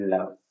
Love